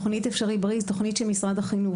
תוכנית "אפשרי בריא" זאת תוכנית של משרד החינוך,